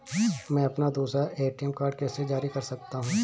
मैं अपना दूसरा ए.टी.एम कार्ड कैसे जारी कर सकता हूँ?